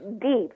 deep